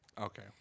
Okay